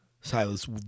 Silas